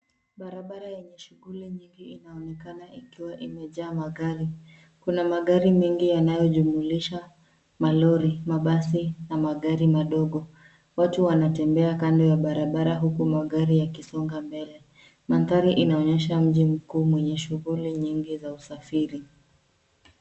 Barabara yenye shuguli nyingi inaonekana ikiwa imejaa magari. Kuna magari mengi yanayo jumulisha malori , mabasi na magari madogo. Watu wanatembea kando ya barabara huku magari yakisonga mbele. Mandhari inaonyesha mji mkuu mwenye shuguli nyingi za usafiri.